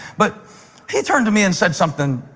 but he turned to me and said something,